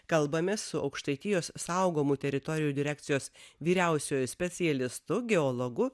kalbamės su aukštaitijos saugomų teritorijų direkcijos vyriausiuoju specialistu geologu